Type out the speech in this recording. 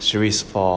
series for